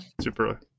super